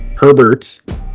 Herbert